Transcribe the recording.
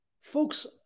Folks